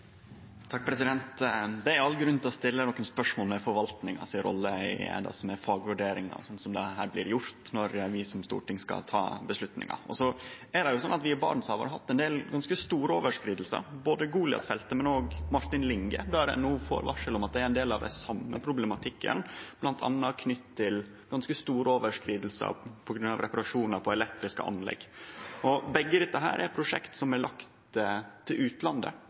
Det er all grunn til å stille nokre spørsmål ved forvaltninga si rolle i det som er fagvurderingar, slik det her blir gjort, når vi i Stortinget skal ta avgjerder. Så er det slik at vi i Barentshavet har hatt ein del ganske store overskridingar, både Goliat-feltet og òg Martin Linge, der ein no får varsel om at det er ein del av den same problematikken, med bl.a. ganske store overskridingar på grunn av reparasjonar på elektriske anlegg. Begge er prosjekt som er lagde til utlandet,